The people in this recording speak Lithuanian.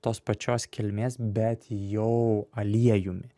tos pačios kilmės bet jau aliejumi